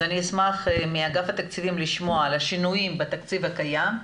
אז אני אשמח לשמוע מאגף התקציבים על השינויים בתקציב הקיים,